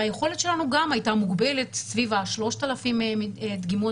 והיכולת שלנו הייתה מוגבלת סביב 3,000 דגימות